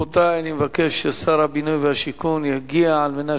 רבותי, אני מבקש ששר הבינוי והשיכון יגיע על מנת,